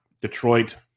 Detroit